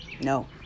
no